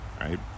right